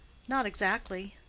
not exactly.